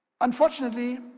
Unfortunately